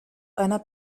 einer